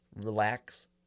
relax